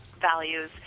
values